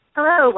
Hello